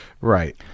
Right